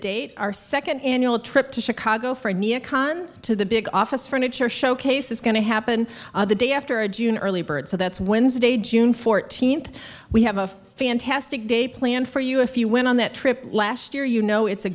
date our second annual trip to chicago for a neo con to the big office furniture showcase is going to happen the day after a june early bird so that's wednesday june fourteenth we have a fantastic day planned for you if you went on that trip last year you know it's a